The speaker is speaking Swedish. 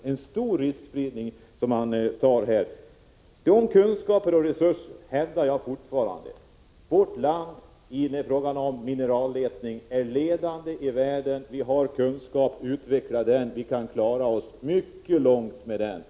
Jag hävdar fortfarande att vi i vårt land har kunskaper och resurser i fråga om mineralletning som gör oss ledande i världen. Utveckla de kunskaperna! Vi kan klara oss mycket långt med det.